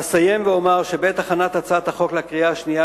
אסיים ואומר שבעת הכנת הצעת החוק לקריאה השנייה